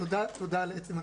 תודה על עצם הדיון.